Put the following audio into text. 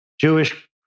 Jewish